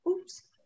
oops